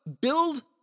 Build